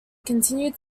continued